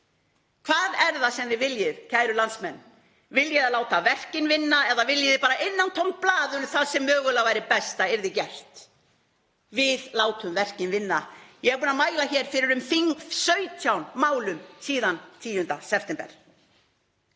Hvað er það sem þið viljið, kæru landsmenn? Viljið þið láta verkin vinna eða viljið þið bara innantómt blaður um það sem mögulega væri best að yrði gert? Við látum verkin vinna. Ég er búin að mæla hér fyrir 17 málum síðan 10. september.